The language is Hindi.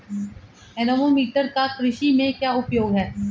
एनीमोमीटर का कृषि में क्या उपयोग है?